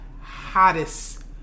hottest